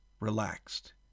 relaxed